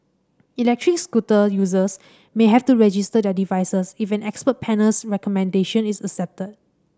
electric scooter users may have to register their devices if an expert panel's recommendation is accepted